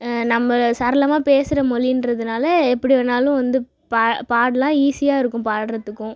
நம்ம சரளமாக பேசுகிற மொழி இன்றதுனால எப்படி வேணால் வந்து பாடலாம் ஈஸியாக இருக்கும் பாடுகிறத்துக்கும்